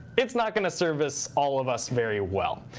it's not going to service all of us very well.